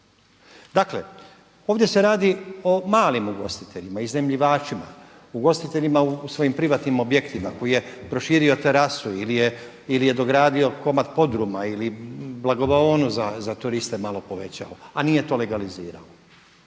Dakle, ovdje se radi o malim ugostiteljima, iznajmljivačima, ugostiteljima u svojim privatnim objektima koji je proširio terasu ili je dogradio komad podruma ili blagovaonu za turiste malo povećao a nije to legalizirao.